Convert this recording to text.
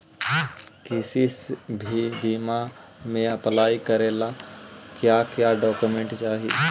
किसी भी बीमा में अप्लाई करे ला का क्या डॉक्यूमेंट चाही?